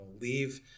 leave